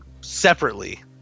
separately